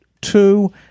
two